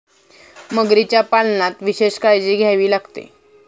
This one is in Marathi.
मगरीच्या पालनात विशेष काळजी घ्यावी लागते